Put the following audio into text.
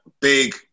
big